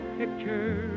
picture